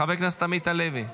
חבר הכנסת עמית הלוי.